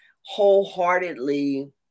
wholeheartedly